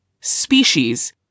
species